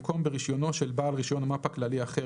במקום "ברישיונו של בעל רישיון מפ"א כללי אחר"